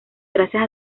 gracias